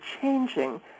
changing